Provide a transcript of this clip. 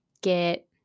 get